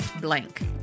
blank